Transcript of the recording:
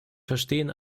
verstehen